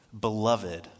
beloved